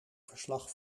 verslag